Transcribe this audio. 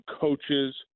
coaches